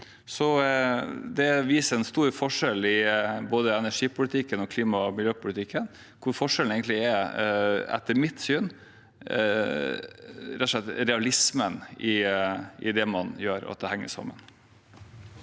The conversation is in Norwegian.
Det viser en stor forskjell i både energipolitikken og klima- og miljøpolitikken, hvor forskjellen etter mitt syn rett og slett er realismen i det man gjør – at det henger sammen.